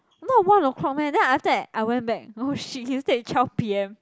not one o-clock meh then after that I went back oh shit he said twelve P_M